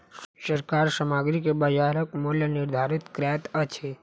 सरकार सामग्री के बजारक मूल्य निर्धारित करैत अछि